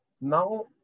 Now